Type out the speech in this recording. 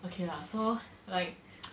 okay lah so like